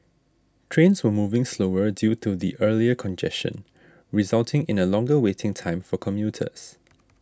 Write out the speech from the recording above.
trains were moving slower due to the earlier congestion resulting in a longer waiting time for commuters